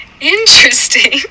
interesting